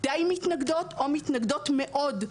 דיי מתנגדות או מתנגדות מאוד,